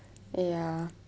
ya